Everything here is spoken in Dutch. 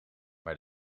maar